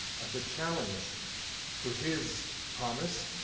as a challenge to his promise,